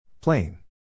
Plain